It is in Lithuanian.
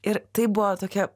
ir tai buvo tokia